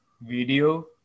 video